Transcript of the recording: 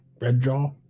Redjaw